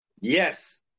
Yes